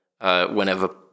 whenever